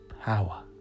power